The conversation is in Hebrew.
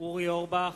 אורי אורבך,